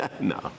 No